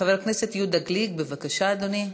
חבר הכנסת יהודה גליק, בבקשה, אדוני.